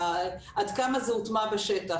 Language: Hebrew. עד כמה זה הוטמע בשטח.